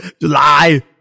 July